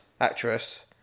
Actress